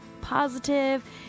positive